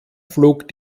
flog